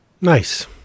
nice